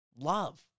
love